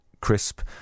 crisp